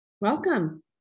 Welcome